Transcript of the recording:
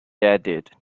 added